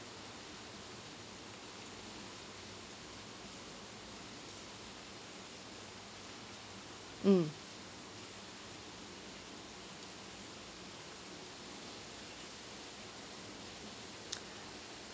mm